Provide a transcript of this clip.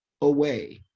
away